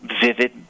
vivid